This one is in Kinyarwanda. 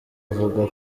avuga